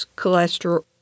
cholesterol